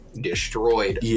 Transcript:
destroyed